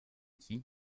qui